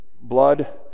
blood